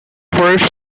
first